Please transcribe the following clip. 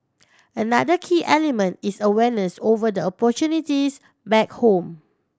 another key element is awareness over the opportunities back home